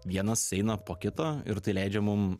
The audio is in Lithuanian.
vienas eina po kito ir tai leidžia mum